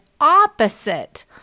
opposite